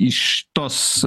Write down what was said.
iš tos